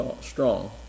strong